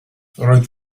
roedd